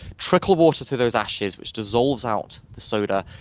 trickle water through those ashes, which dissolves out the soda,